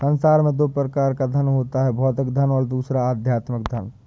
संसार में दो प्रकार का धन होता है भौतिक धन और दूसरा आध्यात्मिक धन